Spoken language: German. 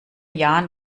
jahren